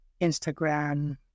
Instagram